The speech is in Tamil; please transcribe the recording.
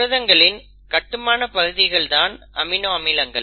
புரதங்களின் கட்டுமான பகுதிகள் தான் அமினோ அமிலங்கள்